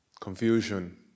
confusion